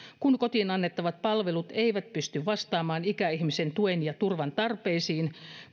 kun kotiin annettavat palvelut eivät pysty vastaamaan ikäihmisen tuen ja turvan tarpeisiin